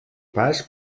pas